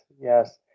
yes